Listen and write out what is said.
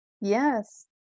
Yes